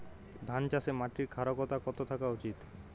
ধান চাষে মাটির ক্ষারকতা কত থাকা উচিৎ?